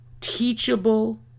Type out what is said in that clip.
teachable